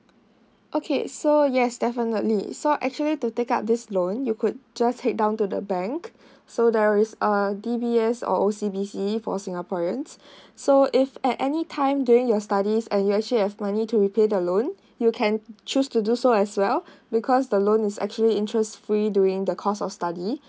okay so yes definitely so actually to take up this loan you could just head down to the bank so there is a D_B_S or O_C_B_C for singaporeans so if at any time during your studies and you actually have money to repay the loan you can choose to do so as well because the loan is actually interest free during the course of study